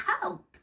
help